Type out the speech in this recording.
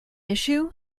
issue